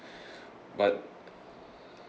but